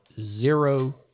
zero